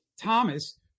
Thomas